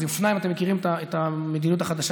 אז עם אופניים אתם מכירים את המדיניות החדשה,